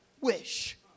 wish